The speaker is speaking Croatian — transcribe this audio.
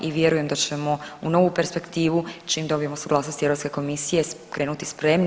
I vjerujem da ćemo u novu perspektivu čim dobijemo suglasnosti Europske komisije krenuti spremni.